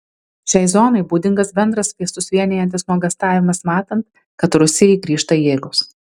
šiai zonai būdingas bendras visus vienijantis nuogąstavimas matant kad rusijai grįžta jėgos